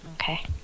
okay